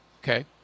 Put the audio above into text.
Okay